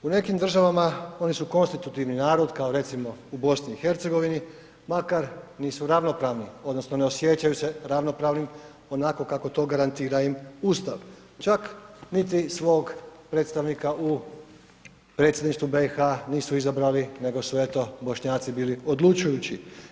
U nekim državama oni su konstitutivni narod kao recimo u BiH, makar nisu ravnopravni odnosno ne osjećaju se ravnopravnim onako kako im to garantira Ustav, čak niti svog predstavnika u predsjedništvu BiH nisu izabrali nego su eto Bošnjaci bili odlučujući.